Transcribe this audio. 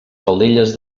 faldilles